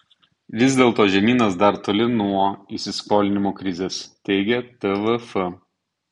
vis dėlto žemynas dar toli nuo įsiskolinimo krizės teigia tvf